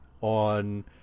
on